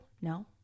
no